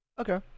Okay